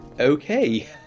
Okay